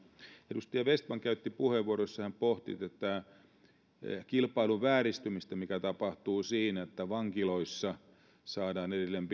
edustaja vestman käytti puheenvuoron jossa hän pohti tätä kilpailun vääristymistä mikä tapahtuu siinä että vankiloissa ja varuskunnissa saadaan edelleen